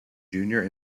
junior